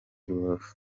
rubavu